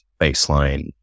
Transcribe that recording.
baseline